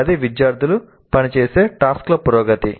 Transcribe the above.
అది విద్యార్థులు పనిచేసే టాస్క్ ల పురోగతి